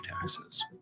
taxes